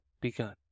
begun